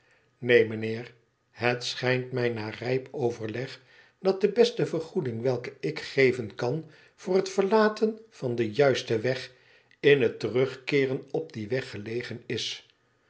ineen mijnheer het schijnt mij na rijp overleg dat de beste vergoeding weüce ik geven kan voor het verlaten van den juisten weg in het terugkeeren op dien weg gelegen is